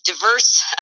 diverse